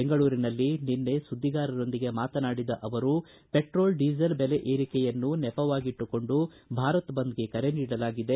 ಬೆಂಗಳೂರಿನಲ್ಲಿ ನಿನ್ನೆ ಸುದ್ದಿಗಾರರೊಂದಿಗೆ ಮಾತನಾಡಿದ ಅವರು ಪೆಟ್ರೋಲ್ ಡೀಸೆಲ್ ಬೆಲೆ ಏರಿಕೆಯನ್ನು ನೆಪವಾಗಿಟ್ಟುಕೊಂಡು ಭಾರತ್ ಬಂದ್ಗೆ ಕರೆ ನೀಡಲಾಗಿದೆ